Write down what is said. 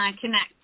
connect